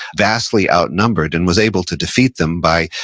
vastly outnumbered and was able to defeat them by,